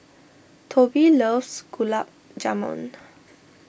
Tobie loves Gulab Jamun